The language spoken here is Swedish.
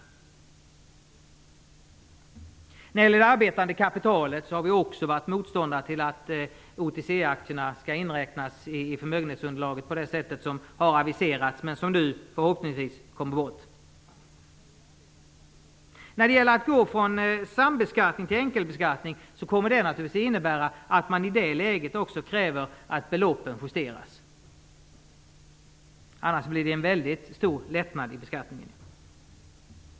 När det gäller det arbetande kapitalet har vi varit motståndare till att OTC-aktierna skall inräknas i förmögenhetsunderlaget på det sätt som har aviserats men som nu förhoppningsvis försvunnit. Att gå från sambeskattning till enkelbeskattning kommer naturligtvis att innebära ett krav på att beloppen justeras. Annars blir det en väldigt stor lättnad i beskattningen.